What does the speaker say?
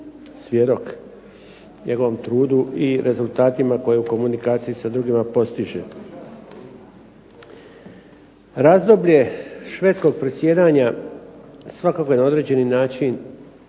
svjedok njegovom trudu i rezultatima koje u komunikaciji sa drugima postiže. Razdoblje švedskog predsjedanja svakako je na određeni način